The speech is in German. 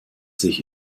sich